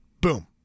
Boom